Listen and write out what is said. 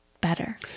better